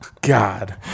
God